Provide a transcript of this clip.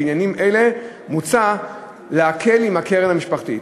בעניינים אלה מוצע להקל על הקרן המשפחתית.